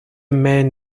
men